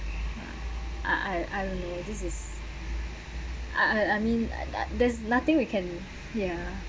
I I don't know this is I I mean that there's nothing we can ya